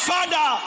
Father